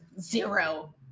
zero